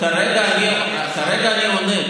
כרגע אני עונה.